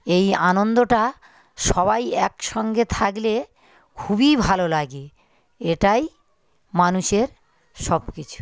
এই আনন্দটা সবাই একসঙ্গে থাকলে খুবই ভালো লাগে এটাই মানুষের সব কিছু